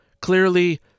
Clearly